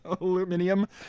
Aluminium